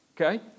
Okay